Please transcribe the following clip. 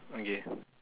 okay